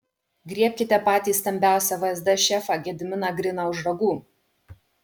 griebkite patį stambiausią vsd šefą gediminą griną už ragų